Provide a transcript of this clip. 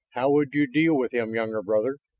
how would you deal with him, younger brother?